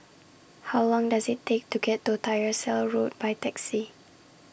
How Long Does IT Take to get to Tyersall Road By Taxi